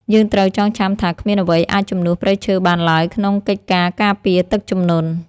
យើងត្រូវចងចាំថាគ្មានអ្វីអាចជំនួសព្រៃឈើបានឡើយក្នុងកិច្ចការការពារទឹកជំនន់។យើងត្រូវចងចាំថាគ្មានអ្វីអាចជំនួសព្រៃឈើបានឡើយក្នុងកិច្ចការការពារទឹកជំនន់។